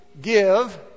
give